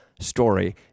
story